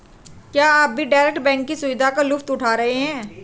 क्या आप भी डायरेक्ट बैंक की सुविधा का लुफ्त उठा रहे हैं?